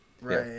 Right